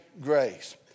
grace